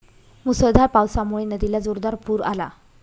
मुसळधार पावसामुळे नदीला जोरदार पूर आला